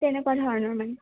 তেনেকুৱা ধৰণৰ মানে